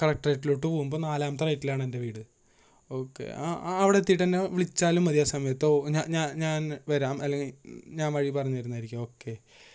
കളക്ടറേറ്റിലോട്ട് പോകുമ്പോൾ നാലാമത്തെ റൈറ്റിലാണ് എൻ്റെ വീട് ഓക്കെ അവിടെ ആ അവിടെ എത്തിയിട്ട് എന്നെ വിളിച്ചാലും മതി ആ സമയത്ത് ആ ആ ഞാൻ വരാം ഞാൻ വഴി പറഞ്ഞു തരുന്നതായിരിക്കും ഓക്കേ